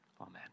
amen